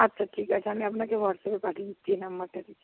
আচ্ছা ঠিক আছে আমি আপনাকে হোয়াটস্যাপে পাঠিয়ে দিচ্ছি এই নম্বরটা থেকে